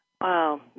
Wow